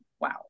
wow